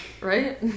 right